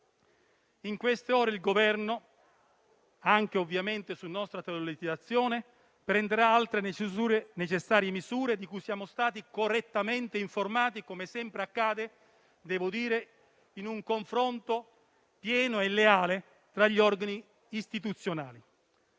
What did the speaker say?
In queste ore il Governo - ovviamente anche dietro nostra sollecitazione - prenderà altre necessarie misure di cui siamo stati correttamente informati - come sempre accade - in un confronto pieno e leale tra gli organi istituzionali.